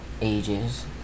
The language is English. ages